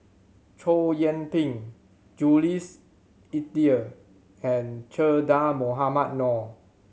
Chow Yian Ping Jules Itier and Che Dah Mohamed Noor